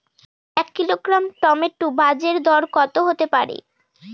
এক kilogram tomato বাজের দরকত হতে পারে?